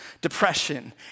depression